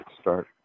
start